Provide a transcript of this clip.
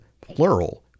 plural